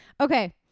Okay